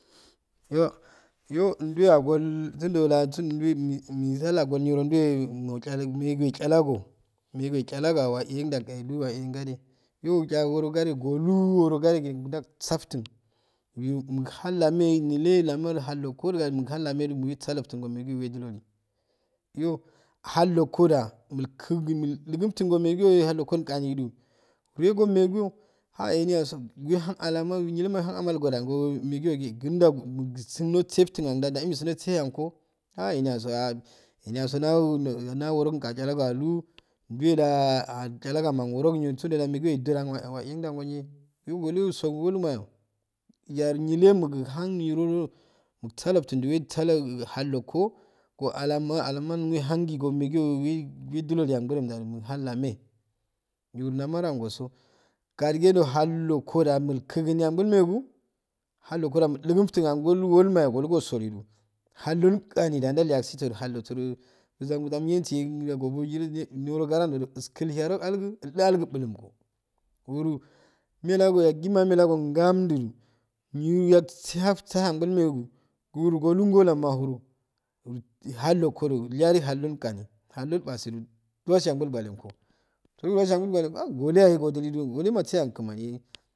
Iyo iyo nduwe agol gundo la sun nduwe nyi nyi sallago nyio nduhegi nelgume eh chalago meg echalago gawa lhan galgu ihan wa ihganeh iyo chagangoo gade wulu woki woro gade doge nrdaksafttun niro nhallamuni meng mossaftun megiyo me joloju ju iyo hallokoda milkukuni ilkuftungo megnyo hellongo gani wure ngo mgiyo ha eniyaso he hun allaman nilema hehuri ammal godango megiyogu gu gusaftun nda ndeemiyosoftun eniyanko aha eniyego na worogun am acharago alh nduluse de achalago alu amangu worogun sundda da megogo edodai wachl eni ndanggo nole iyo wula gugogu woi mmayo ya nykma whan nirodo usadufftun ndune saddo hakongo alama alaha whal gi ngo megigo hendudo danlake niro lamar angoso ao adigendo hall okoda hallo milkiko nu angiol megu hallongoda ildugu fttun ango awol mayo gola wosededu haldo gam da ndalya hallosodo uibuzabuzan gi yuchsu gobo jire gu niro ngara ndodo ilski hiya rogu algu idul algu bulum ko wuro jaguma amehelago ngounddu to niro yalsaftaye angol megu glu golu mahrru hallokoda llyagogi halddo gano halddo ipaseddose angol gwanengo tuagwwaji gwango woleya godulu to woleka tsehe kmani hey.